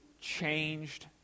changed